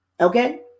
okay